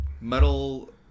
metal